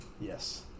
Yes